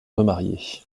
remarié